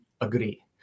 agree